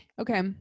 okay